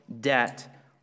debt